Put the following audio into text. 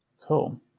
Cool